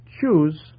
Choose